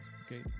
okay